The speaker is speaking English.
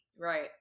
Right